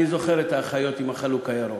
אני זוכר את האחיות עם החלוק הירוק.